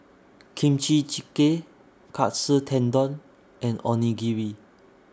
Kimchi Jjigae Katsu Tendon and Onigiri